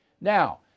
Now